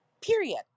period